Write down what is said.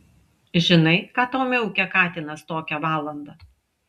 žinai ką tau miaukia katinas tokią valandą